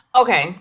Okay